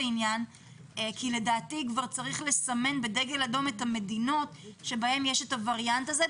כי לדעתי צריך לסמן את המדינות שבהן יש את הווריאנט הזה,